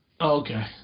Okay